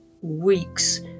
weeks